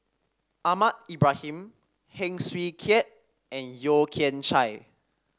Ahmad Ibrahim Heng Swee Keat and Yeo Kian Chai